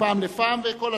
מפעם לפעם וכל הזמן.